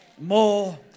more